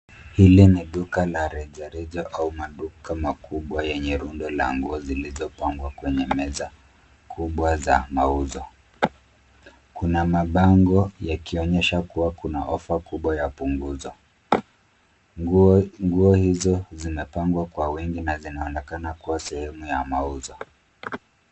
Hili ni duka la rejareja au maduka makubwa yenye rundo la nguo zilizopangwa kwenye meza kubwa za mauzo. Kuna mabango yakionyesha kuwa kuna ofa kubwa ya punguzo. Nguo hizo zimepangwa kwa wingi na zinaonekana kuwa sehemu ya mauzo.